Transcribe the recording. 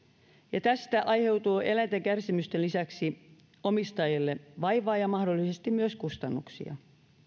ja tästä aiheutuu eläinten kärsimysten lisäksi omistajille vaivaa ja mahdollisesti myös kustannuksia